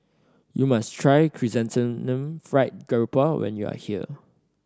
you must try Chrysanthemum Fried Garoupa when you are here